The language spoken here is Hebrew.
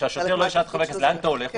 שהשוטר לא ישאל את חבר הכנסת: לאן אתה הולך?